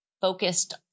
focused